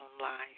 life